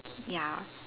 ya